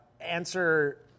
answer